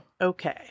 Okay